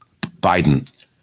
Biden